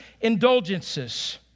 indulgences